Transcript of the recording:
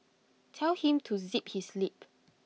tell him to zip his lip